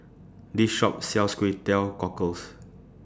This Shop sells Kway Teow Cockles